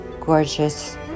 gorgeous